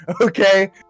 okay